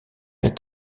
est